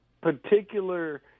particular